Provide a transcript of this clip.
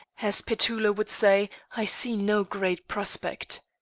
as petullo would say, i see no great prospect.